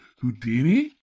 Houdini